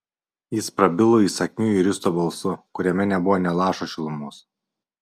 jis prabilo įsakmiu juristo balsu kuriame nebuvo nė lašo šilumos